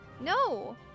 No